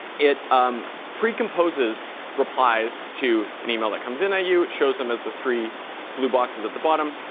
it um precomposes replies to an email that comes into you, shows them as the three blue boxes at the bottom.